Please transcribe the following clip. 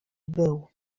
był